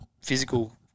physical